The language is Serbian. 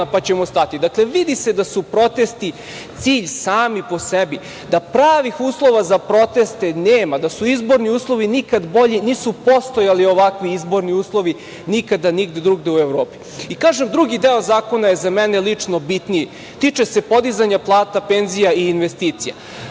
pa ćemo stati. Dakle, vidi se da su protesti cilj sami po sebi, da pravih uslova za proteste nema, da su izborni uslovi nikada bolji. Nisu postojali ovakvi izborni uslovi, nikada nigde drugde u Evropi.I kažem, drugi deo zakona je za mene lično bitniji, tiče se podizanja plata, penzija i investicija.